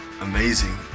amazing